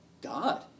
God